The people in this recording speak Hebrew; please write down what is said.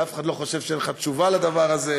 ואף אחד לא חושב שאין לך תשובה לדבר הזה.